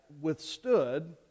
withstood